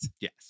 Yes